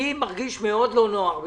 אני מרגיש מאוד לא נוח.